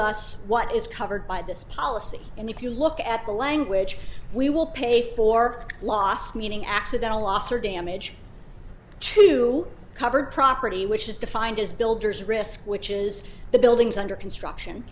us what is covered by this policy and if you look at the language we will pay for last meeting accidental loss or damage to covered property which is defined as builders risk which is the buildings under construction